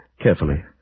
carefully